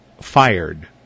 fired